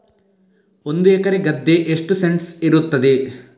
ಒಂದು ಎಕರೆ ಗದ್ದೆ ಎಷ್ಟು ಸೆಂಟ್ಸ್ ಇರುತ್ತದೆ?